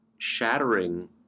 shattering